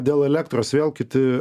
dėl elektros vėl kiti